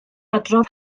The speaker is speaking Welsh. adrodd